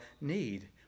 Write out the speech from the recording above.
need